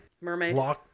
mermaid